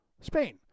Spain